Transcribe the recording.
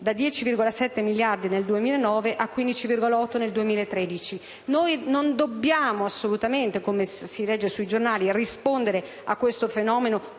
a 15,8 miliardi di euro nel 2013. Noi non dobbiamo assolutamente - come si legge sui giornali - rispondere a questo fenomeno